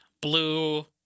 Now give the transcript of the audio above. blue